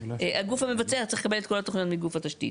הגוף המבצע צריך לקבל את כל התוכניות מגוף התשתית,